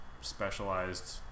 specialized